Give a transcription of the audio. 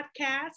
podcast